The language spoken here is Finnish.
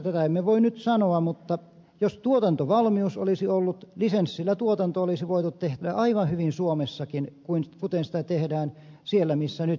tätä emme voi nyt sanoa mutta jos tuotantovalmius olisi ollut lisenssillä tuotanto olisi voitu tehdä aivan hyvin suomessakin kuten sitä tehdään siellä missä nyt tehdään